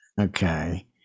okay